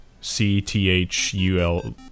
C-T-H-U-L